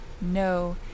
no